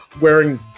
wearing